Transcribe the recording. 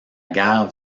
guerre